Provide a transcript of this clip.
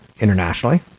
internationally